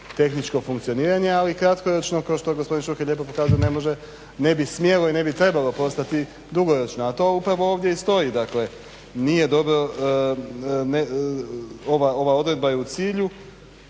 tehničko funkcioniranje, ali kratkoročno kao što je gospodin Šuker lijepo pokazao ne može, ne bi smjelo i ne bi trebalo postati dugoročno, a to upravo ovdje i stoji. Dakle, nije dobro ova odredba je u cilju